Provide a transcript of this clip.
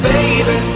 Baby